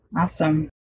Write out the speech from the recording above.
Awesome